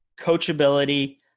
coachability